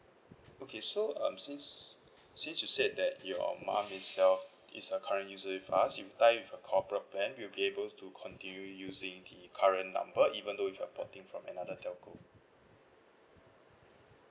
okay so um since since you said that your mum itself is a current user with us if you tie with a corporate plan we'll be able to continue using the current number even though you're porting from another telco